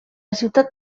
ciutat